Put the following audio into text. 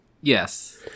Yes